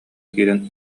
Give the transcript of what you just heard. киирэн